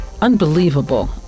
unbelievable